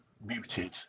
muted